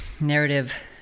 narrative